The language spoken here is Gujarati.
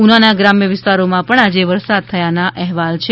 ઉનાના ગ્રામ્ય વિસ્તારોમાં પણ વરસાદ થયાના અહેવાલ છે